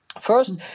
First